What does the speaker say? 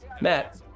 Matt